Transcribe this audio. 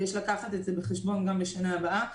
ויש לקחת את זה בחשבון גם בשנה הבאה,